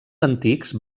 antics